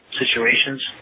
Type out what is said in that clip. situations